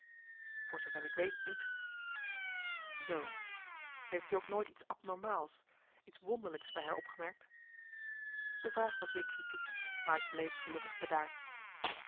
voor zoover ik weet niet zoo heeft u ook nooit iets abnormaals iets wonderlijks bij haar opgemerkt de vraag was weer kritiek maar ik bleef gelukkig bedaard